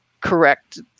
correct